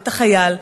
את החייל,